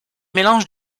mélange